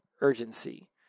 urgency